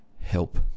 help